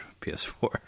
ps4